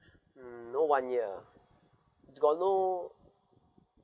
mm no one year ah you got no